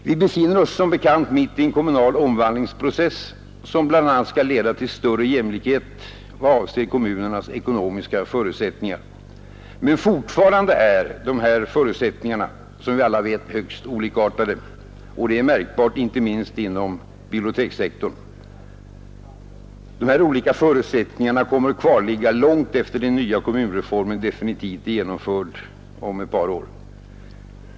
Vi befinner oss som bekant mitt i en kommunal omvandlingsprocess, som bl.a. skall leda till större jämlikhet vad avser kommunernas ekonomiska förutsättningar. Men fortfarande är förutsättningarna, som vi alla vet, högst olikartade, och det är märkbart inte minst inom bibliotekssektorn. De här olika förutsättningarna kommer att finnas kvar långt efter det att den nya kommunreformen definitivt är genomförd om ett par år.